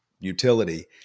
Utility